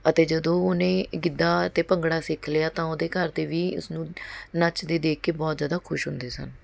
ਅਤੇ ਜਦੋਂ ਉਹਨੇ ਗਿੱਧਾ ਅਤੇ ਭੰਗੜਾ ਸਿੱਖ ਲਿਆ ਤਾਂ ਉਹਦੇ ਘਰਦੇ ਵੀ ਉਸਨੂੰ ਨੱਚਦੇ ਦੇਖ ਕੇ ਬਹੁਤ ਜ਼ਿਆਦਾ ਖੁਸ਼ ਹੁੰਦੇ ਸਨ